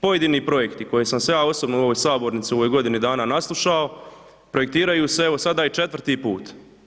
Pojedini projekti koje sam ja osobno u ovoj sabornici u ovoj godini dana naslušao, projektiraju se, evo, sada je 4. put.